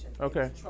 Okay